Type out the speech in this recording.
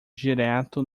direto